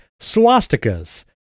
swastikas